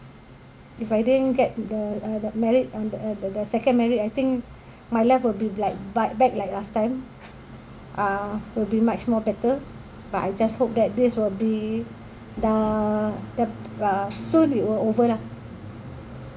if I didn't get the uh married on the uh the second married I think my life will be like back like last time uh will be much more better but I just hope that this will be uh uh soon it will over lah